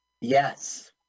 Yes